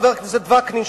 חבר הכנסת וקנין,